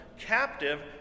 captive